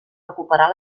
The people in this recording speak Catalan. recuperar